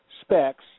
specs